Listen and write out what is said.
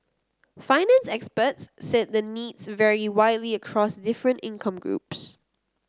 finance experts said the needs vary widely across different income groups